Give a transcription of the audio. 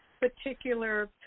particular